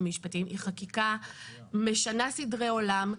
היא חקיקה משנה סדרי עולם.